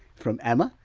from emma,